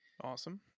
awesome